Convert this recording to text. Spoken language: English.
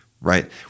right